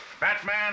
Batman